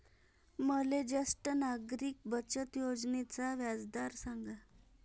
मले ज्येष्ठ नागरिक बचत योजनेचा व्याजदर सांगा